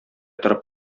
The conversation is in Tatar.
торып